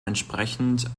entsprechend